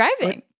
driving